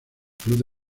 club